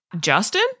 Justin